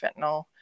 fentanyl